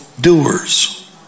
doers